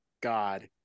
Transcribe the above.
god